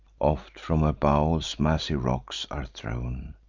oft from her bowels massy rocks are thrown,